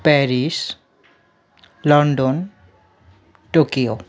Paris London Tokyo